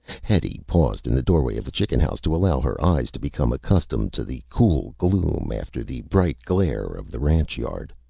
hetty paused in the doorway of the chicken house to allow her eyes to become accustomed to the cool gloom after the bright glare of the ranch yard.